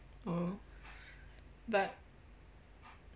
oh but